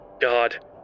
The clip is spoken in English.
God